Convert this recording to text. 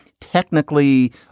technically